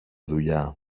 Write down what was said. δουλειά